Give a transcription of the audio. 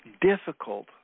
difficult